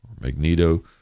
magneto